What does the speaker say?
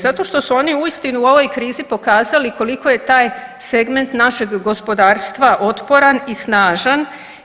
Zato što su oni uistinu u ovoj krizi pokazali koliko je taj segment našeg gospodarstva otporan i snažan.